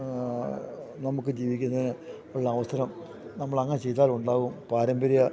നമുക്ക് ജീവിക്കുന്നതിന് ഉള്ള അവസരം നമ്മൾ അങ്ങനെ ചെയ്താലും ഉണ്ടാവും പാരമ്പര്യം